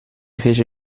fece